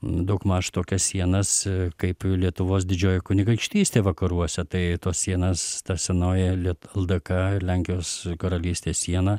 daugmaž tokias sienas kaip lietuvos didžioji kunigaikštystė vakaruose tai tos sienas ta senoji elit el d ka ir lenkijos karalystės sieną